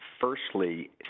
firstly